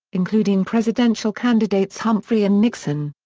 including presidential candidates humphrey and nixon.